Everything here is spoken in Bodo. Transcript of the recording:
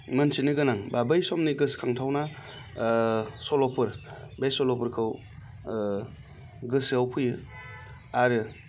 मोनथिनो गोनां बा बै समनि गोसोखांथावना सल'फोर बे सल'फोरखौ गोसोआव फैयो आरो